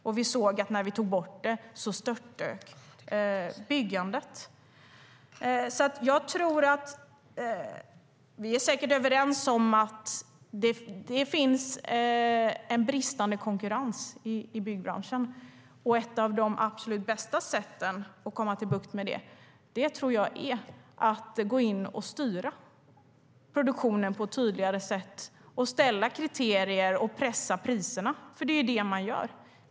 Och vi såg att byggandet störtdök när vi tog bort det. Vi är säkert överens om att det finns en bristande konkurrens i byggbranschen. Ett av de absolut bästa sätten för att man ska få bukt med det tror jag är att man går in och styr produktionen på ett tydligare sätt. Det handlar om att sätta upp kriterier och pressa priserna. Det är det man gör.